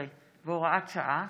18 והוראת שעה),